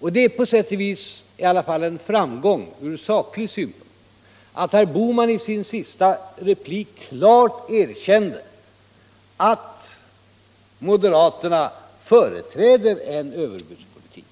och det är i alla fall på sätt och vis en framgång ur saklig synpunkt att herr Bohman i sin sista replik klart erkänner att moderaterna företräder en överbudspolitik.